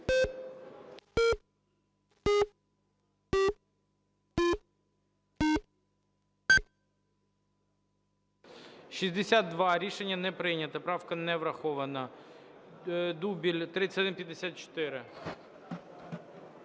За-62 Рішення не прийнято. Правка не врахована. Дубіль, 3154.